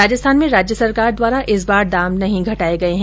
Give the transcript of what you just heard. राजस्थान में राज्य सरकार द्वारा इस बार दाम नहीं घटाये गये है